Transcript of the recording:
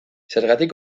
zergatik